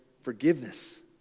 forgiveness